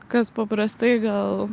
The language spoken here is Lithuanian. kas paprastai gal